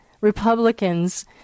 Republicans